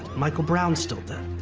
michael brown's still dead.